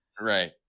Right